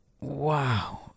Wow